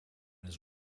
his